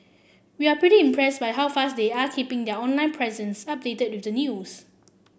we're pretty impress by how fast they are keeping their online presence updated with the news